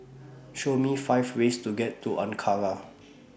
Show Me five ways to get to Ankara